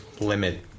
limit